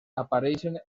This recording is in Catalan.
apareixen